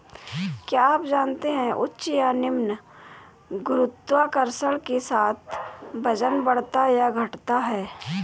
क्या आप जानते है उच्च या निम्न गुरुत्वाकर्षण के साथ वजन बढ़ता या घटता है?